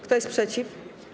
Kto jest przeciw?